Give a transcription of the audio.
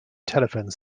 telephone